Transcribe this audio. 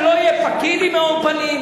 למה שלא יהיה פקיד עם מאור פנים?